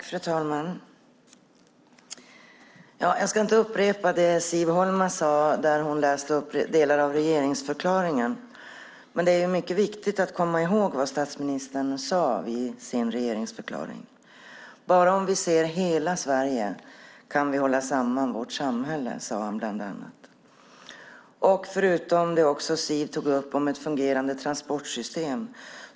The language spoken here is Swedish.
Fru talman! Jag ska inte upprepa det Siv Holma sade när hon läste upp delar av regeringsförklaringen. Men det är mycket viktigt att komma ihåg vad statsministern sade i sin regeringsförklaring. Bara om vi ser hela Sverige kan vi hålla samman vårt samhälle, sade han bland annat. Dessutom tog Siv upp detta med ett fungerande transportsystem.